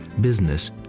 business